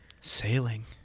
Sailing